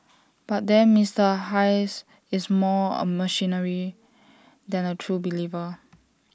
but then Mister Hayes is more A mercenary than A true believer